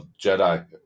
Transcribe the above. Jedi